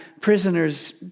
prisoners